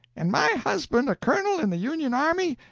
and my husband a colonel in the union army.